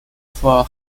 for